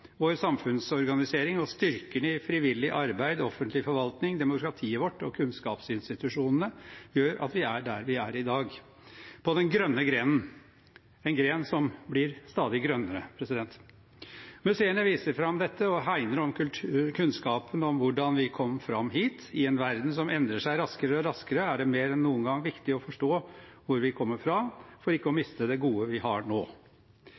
Vår samfunnsorganisering og styrken i frivillig arbeid, offentlig forvaltning, demokratiet vårt og kunnskapsinstitusjonene gjør at vi er der vi er i dag, på den grønne grenen, en gren som blir stadig grønnere. Museene viser fram dette og hegner om kunnskapen om hvordan vi kom fram hit. I en verden som endrer seg raskere og raskere, er det mer enn noen gang viktig å forstå hvor vi kommer fra, for ikke å miste det gode vi har nå.